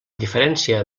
diferència